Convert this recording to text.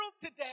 today